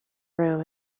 room